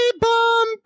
Bomb